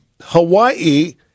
Hawaii